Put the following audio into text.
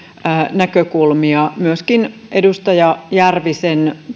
näkökulmia myöskin tämä edustaja järvisen